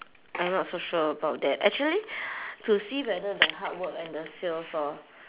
I'm not so sure about that actually to see whether the hard work and the sales orh